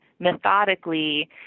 methodically